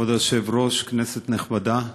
כבוד היושב-ראש, כנסת נכבדה,